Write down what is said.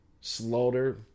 Slaughter